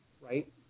Right